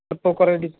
ഇപ്പോൾ കുറേ ഡിസ്